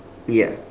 ya